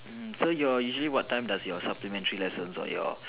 mm so your usually what time does your supplementary lessons or your